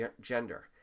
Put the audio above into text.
gender